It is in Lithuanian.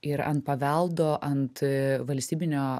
ir ant paveldo ant valstybinio